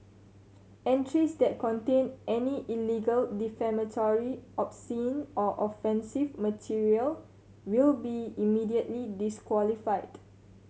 entries that contain any illegal defamatory obscene or offensive material will be immediately disqualified